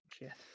Yes